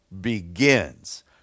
begins